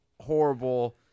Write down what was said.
horrible